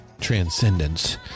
transcendence